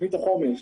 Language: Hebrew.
תכנית החומש.